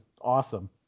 awesome